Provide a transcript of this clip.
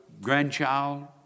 grandchild